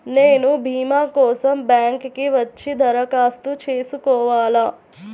నేను భీమా కోసం బ్యాంక్కి వచ్చి దరఖాస్తు చేసుకోవాలా?